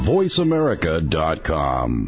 VoiceAmerica.com